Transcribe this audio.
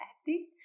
acting